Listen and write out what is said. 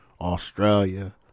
Australia